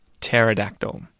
Pterodactyl